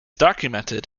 documented